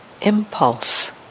impulse